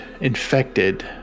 infected